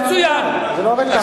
זה לא עובד כך.